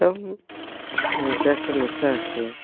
কারণ এটা একটা নেশা আছে